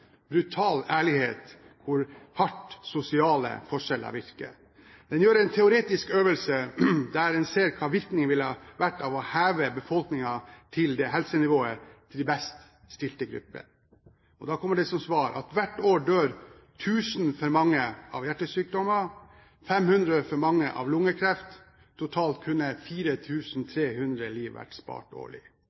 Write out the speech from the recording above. brutal ærlighet hvor hardt sosiale forskjeller virker. En gjør en teoretisk øvelse der en ser hva virkningen ville ha vært av å heve befolkningen til helsenivået til de best stilte gruppene. Da kommer det som svar at hvert år dør 1 000 for mange av hjertesykdommer og 500 for mange av lungekreft. Totalt kunne 4 300 liv vært spart årlig.